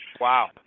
wow